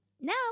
Now